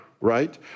right